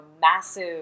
massive